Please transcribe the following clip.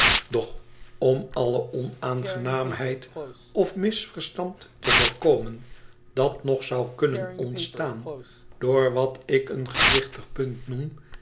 om alle onaangenaamheid of misverstand te voorkomen dat nog zou kunnen ontstaan door wat ik een gewichtig punt noem